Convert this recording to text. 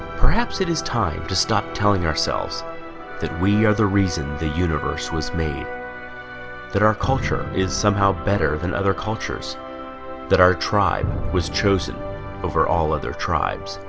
perhaps it is time to stop telling ourselves that we are the reason the universe was made that our culture is somehow better than other cultures that our tribe was chosen over all other tribes